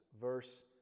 verse